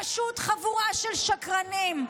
פשוט חבורה של שקרנים.